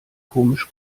komisch